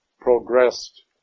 progressed